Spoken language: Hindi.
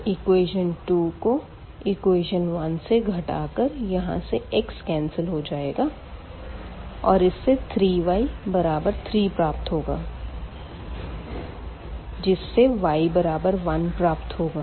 तो इक्वेशन 2 को इक्वेशन 1 से घटाकर यहाँ से x केन्सल हो जाएगा और इससे 3 y बराबर 3 प्राप्त होगा जिससे y बराबर 1 प्राप्त होगा